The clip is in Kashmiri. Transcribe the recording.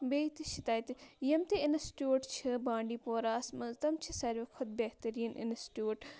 بیٚیہِ تہِ چھِ تَتہِ یِم تہِ اِنسچیٛوٗٹ چھِ بانٛڈی پوراہَس منٛز تِم چھِ سارِوٕے کھۄتہٕ بہتریٖن اِنسچیٛوٗٹ